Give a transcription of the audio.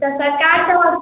तऽ सरकारके